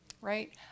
right